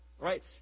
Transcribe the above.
right